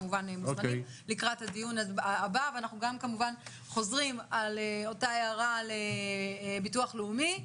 אנחנו גם כמובן חוזרים על אותה הערה לביטוח הלאומי.